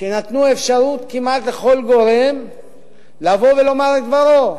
שנתנו בו אפשרות כמעט לכל גורם לבוא ולומר את דברו.